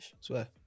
Swear